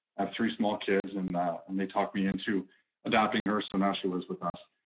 ah three small kids and and they talked me into adopting her so now she was with us.